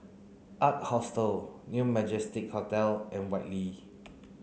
ark Hostel New Majestic Hotel and Whitley